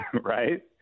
Right